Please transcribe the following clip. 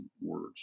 words